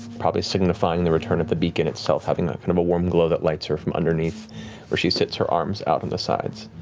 probably signifying the return of the beacon itself, having that ah kind of a warm glow that lights her from underneath where she sits, her arms out on the sides.